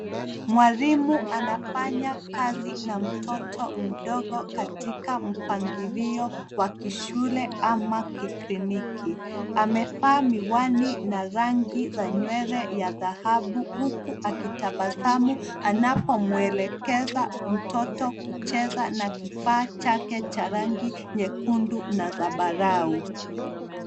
Mwalimu anafanya kazi na mtoto mdogo katika mpangilio wa kishule ama kikliniki. Amevaa miwani na rangi za nywele ya dhahabu huku akitabasamu anapomwelekeza mtoto kucheza na kifaa chake cha rangi nyekundu na zambarau.